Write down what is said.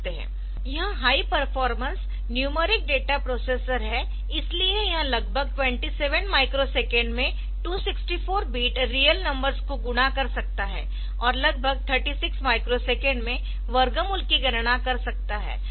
यह high performance numeric data processor है इसलिए यह लगभग 27 माइक्रोसेकंड में 264 बिट रियल नंबर्स को गुणा कर सकता है और लगभग 36 माइक्रो सेकंड में वर्गमूल की गणना कर सकता है